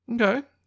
Okay